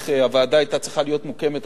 הוועדה היתה צריכה להיות מוקמת,